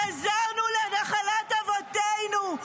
חזרנו לנחלת אבותינו.